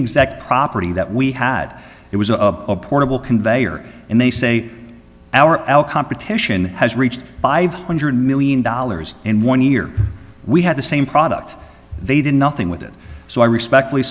exact property that we had was a portable conveyer and they say our competition has reached by five hundred million dollars in one year we had the same product they did nothing with it so i respectfully